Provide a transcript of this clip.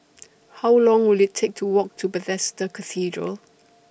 How Long Will IT Take to Walk to Bethesda Cathedral